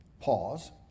pause